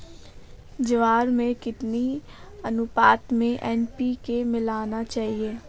ज्वार में कितनी अनुपात में एन.पी.के मिलाना चाहिए?